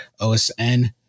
OSN